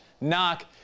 knock